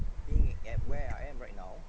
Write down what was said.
being at where I am right now